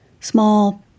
small